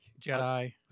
Jedi